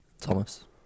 Thomas